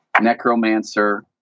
necromancer